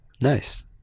nice